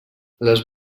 les